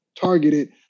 targeted